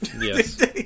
Yes